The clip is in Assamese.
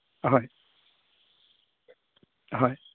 হয় হয়